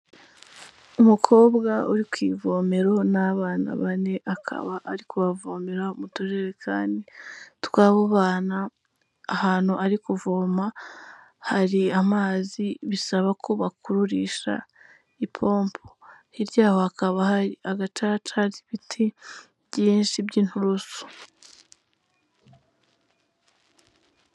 Umukobwa uri ku ivomero n'abana bane, akaba ari kubavomera mu tujerekani tw'abo bana, ahantu ari kuvoma hari amazi bisaba ko bakururisha ipompo, hirya yaho hakaba hari agacaca, hari ibiti byinshi by'inturusu.